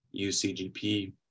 UCGP